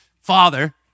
Father